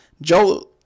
Joel